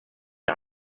der